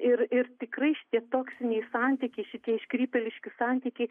ir ir tikrai šitie toksiniai santykiai šitie iškrypėliški santykiai